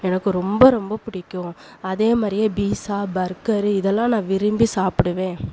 எனக்கு ரொம்ப ரொம்ப பிடிக்கும் அதே மாதிரியே பீஸா பர்கரு இதெல்லாம் நான் விரும்பி சாப்பிடுவேன்